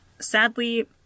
Sadly